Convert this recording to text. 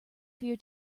fear